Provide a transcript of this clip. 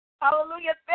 Hallelujah